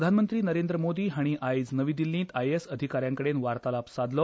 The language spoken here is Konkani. प्रधानमंत्री नरेंद्र मोदी हांणी आयज नवी दिल्लींत आयएसएस अधिकाऱ्यां कडेन वार्तालाप सादलो